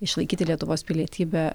išlaikyti lietuvos pilietybę